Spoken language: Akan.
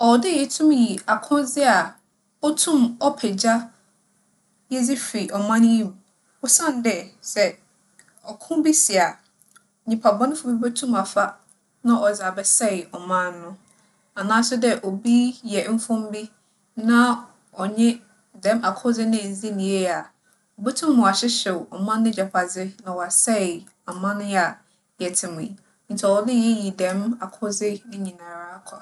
ͻwͻ dɛ yetum yi akodze a otum ͻpa gya yɛdze fi ͻman yi mu osiandɛ sɛ ͻko bi si a, nyimpabͻnfo bi botum afa na ͻdze abɛsɛɛ ͻman no. Anaaso dɛ obi yɛ mfom bi na ͻnye dɛm akodze no enndzi no yie a, obotum wͻahyehyew ͻman n'egyapadze na wͻasɛɛ aman yi a yɛtse mu yi. Ntsi ͻwͻ dɛ yeyi dɛm akodze ne nyinara akwa.